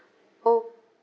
okay